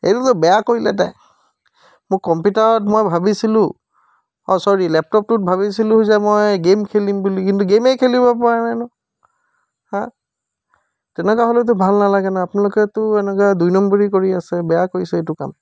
এইটোতো বেয়া কৰিলে তাই মোক কম্পিউটাৰত মই ভাবিছিলোঁ অহ্ ছৰী লেপটপটোত ভাবিছিলোঁ যে মই গেইম খেলিম বুলি কিন্তু গেইমে খেলিব পৰা নাই ন হাঁ তেনেকুৱা হ'লেতো ভাল নালাগে না আপোনালোকেতো এনেকৈ দুই নম্বৰী কৰি আছে বেয়া কৰিছে এইটো কাম